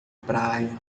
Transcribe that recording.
praia